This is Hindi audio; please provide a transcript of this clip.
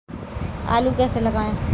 आलू कैसे लगाएँ?